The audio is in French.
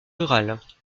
rurales